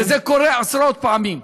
וזה קורה עשרות פעמים.